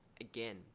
again